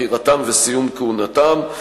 בחירתם וסיום כהונתם.